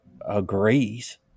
agrees